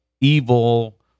evil